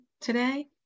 today